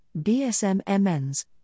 BSM-MNs